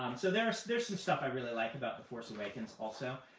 um so there's there's some stuff i really like about the force awakens also.